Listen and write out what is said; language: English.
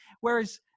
Whereas